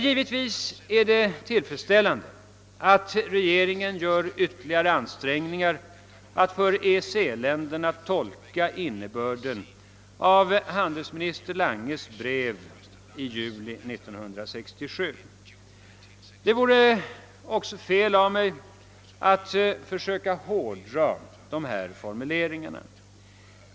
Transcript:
Givetvis är det tillfredsställande att regeringen gör ytterligare ansträngningar att för EEC-länderna tolka innebörden av handelsminister Langes brev i juli 1967. Det vore också fel av mig att försöka hårdra formuleringen.